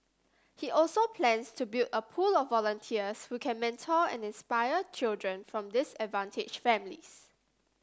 he also plans to build a pool of volunteers who can mentor and inspire children from disadvantage families